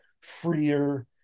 freer